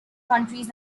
countries